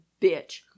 bitch